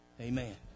Amen